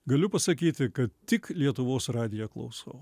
galiu pasakyti kad tik lietuvos radiją klausau